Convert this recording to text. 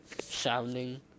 sounding